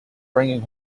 bringing